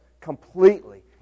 completely